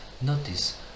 Notice